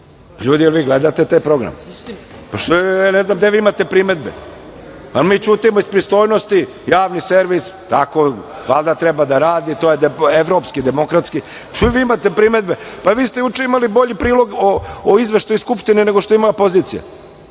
Ljudi, da li vi gledate te programe. Pa, ja ne znam gde vi imate primedbe, a mi ćutimo iz pristojnosti, javni servis valjda treba da radi, to je evropski i demokratski. Pa, što vi imate primedbe, pa vi ste juče imali bolji prilog o izveštaju iz Skupštine nego što ima pozicija.